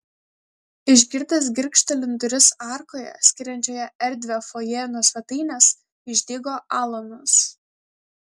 išgirdęs girgžtelint duris arkoje skiriančioje erdvią fojė nuo svetainės išdygo alanas